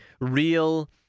real